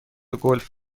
گلف